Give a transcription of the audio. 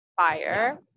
fire